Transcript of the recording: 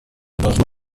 должно